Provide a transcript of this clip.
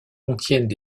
contiennent